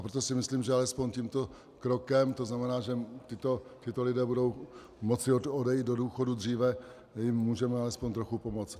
Proto si myslím, že alespoň tímto krokem, to znamená, že tito lidé budou moci odejít do důchodu dříve, že jim můžeme alespoň trochu pomoct.